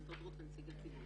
הסתדרות ונציגי ציבור.